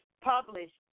published